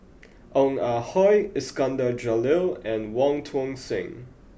Ong Ah Hoi Iskandar Jalil and Wong Tuang Seng